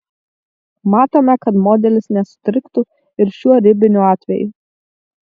matome kad modelis nesutriktų ir šiuo ribiniu atveju